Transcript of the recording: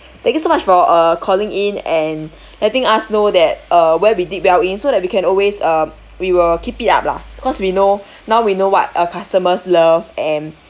thank you so much for uh calling in and letting us know that uh where we did well so that we can always uh we will keep it up lah cause we know now we know what our customers love and it's